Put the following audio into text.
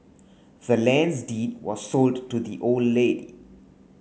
the land's deed was sold to the old lady